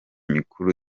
mikuru